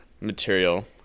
material